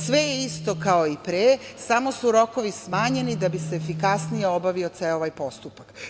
Sve je isto kao i pre, samo su rokovi smanjeni da bi se efikasnije obavio ceo ovaj postupak.